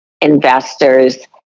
investors